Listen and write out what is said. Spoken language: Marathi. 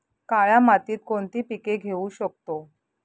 काळ्या मातीत कोणती पिके घेऊ शकतो?